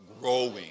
Growing